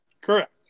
Correct